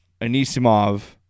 Anisimov